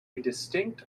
distinct